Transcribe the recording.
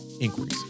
inquiries